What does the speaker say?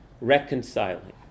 reconciling